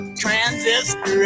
transistor